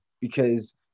because-